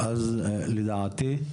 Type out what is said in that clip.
אז לדעתי,